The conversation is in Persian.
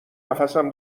نفسم